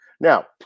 Now